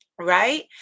right